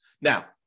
Now